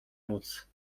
móc